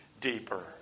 deeper